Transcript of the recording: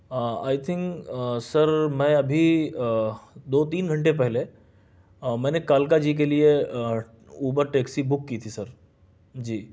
آئی think sir میں ابھی دو تین گھنٹے پہلے میں نے کالکا جی کے لیے اوبر ٹیکسی بک کی تھی سر جی